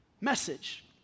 message